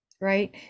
Right